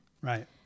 Right